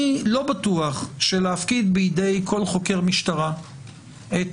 אני לא בטוח שיש להפקיד בידי כל חוקר משטרה את